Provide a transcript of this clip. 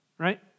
Right